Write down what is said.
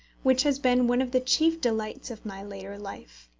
which has been one of the chief delights of my later life.